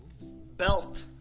Belt